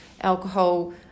alcohol